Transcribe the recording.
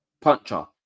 Puncher